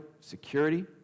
security